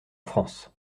france